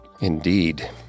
Indeed